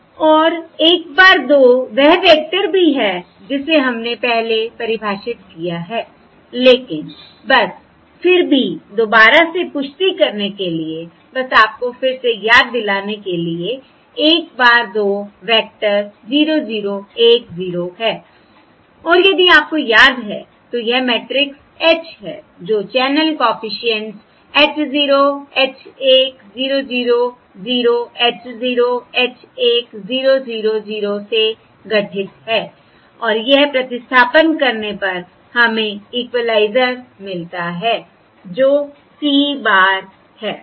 और 1 bar 2 वह vector भी है जिसे हमने पहले परिभाषित किया है लेकिन बस फिर भी दोबारा से पुष्टि करने के लिए कि बस आपको फिर से याद दिलाने के लिए 1 bar 2 वेक्टर 0 0 1 0 है और यदि आपको याद है तो यह मैट्रिक्स H है जो channel coefficients h 0 h 1 0 0 0 h 0 h 1 0 0 0 से गठित है और यह प्रतिस्थापन करने पर हमें इक्विलाइजर मिलता है जो C bar है